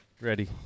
ready